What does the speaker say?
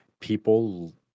people